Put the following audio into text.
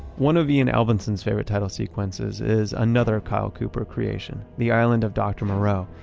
one of ian albinson's favorite title sequences is another kyle cooper creation. the island of dr. moreau.